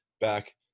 back